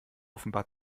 offenbar